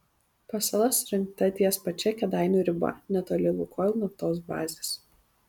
pasala surengta ties pačia kėdainių riba netoli lukoil naftos bazės